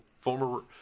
former –